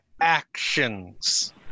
actions